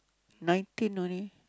nineteen only